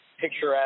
picturesque